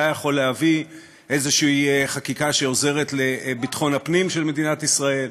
היה יכול להביא איזושהי חקיקה שעוזרת לביטחון הפנים של מדינת ישראל,